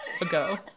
ago